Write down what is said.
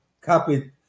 Copied